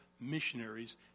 missionaries